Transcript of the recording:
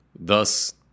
Thus